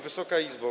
Wysoka Izbo!